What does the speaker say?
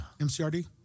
MCRD